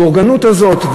הבורגנות הזאת,